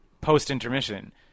post-intermission